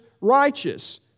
righteous